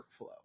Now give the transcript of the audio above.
workflow